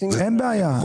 אין בעיה, אין בעיה.